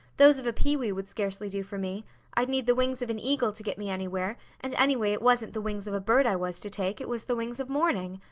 those of a peewee would scarcely do for me i'd need the wings of an eagle to get me anywhere, and anyway it wasn't the wings of a bird i was to take, it was the wings of morning.